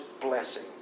blessing